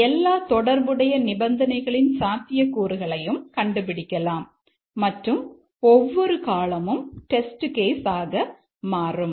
எல்லா தொடர்புடைய நிபந்தனைகளின் சாத்தியக்கூறுகளையும் கண்டுபிடிக்கலாம் மற்றும் ஒவ்வொரு காளமும் ஆக மாறும்